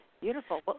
Beautiful